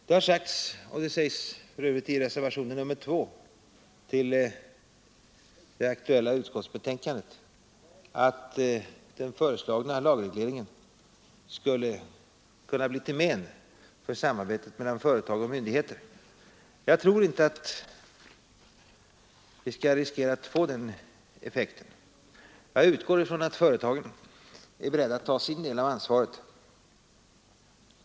Det har sagts — och det sägs för övrigt i reservationen 2 till det aktuella utskottsbetänkandet — att den föreslagna lagregleringen skulle kunna bli till men för samarbetet mellan företag och myndigheter. Jag tror inte att vi behöver riskera att få den effekten. Jag utgår från att företagen är beredda att ta sin del av ansvaret.